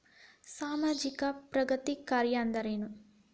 ಸಾಮಾಜಿಕ ಪ್ರಗತಿ ಕಾರ್ಯಾ ಅಂದ್ರೇನು?